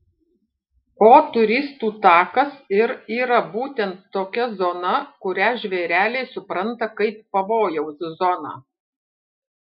o turistų takas ir yra būtent tokia zona kurią žvėreliai supranta kaip pavojaus zoną